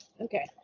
Okay